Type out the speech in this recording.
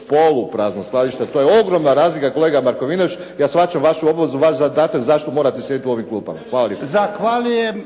poluprazno skladište. To je ogromna razlika, kolega Markovinović. Ja shvaćam vašu obvezu, vaš zadatak zašto morate sjediti u ovim klupama. Hvala lijepo. **Jarnjak, Ivan (HDZ)** Zahvaljujem.